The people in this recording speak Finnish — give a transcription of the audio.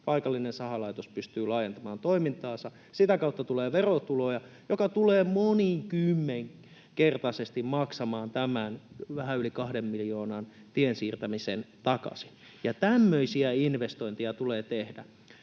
paikallinen sahalaitos pystyy laajentamaan toimintaansa. Sitä kautta tulee verotuloja, joka tulee monikymmenkertaisesti maksamaan tämän vähän yli kahden miljoonan tien siirtämisen takaisin. Tämmöisiä investointeja tulee tehdä.